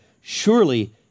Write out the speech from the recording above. Surely